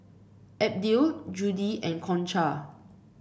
Abdiel Judi and Concha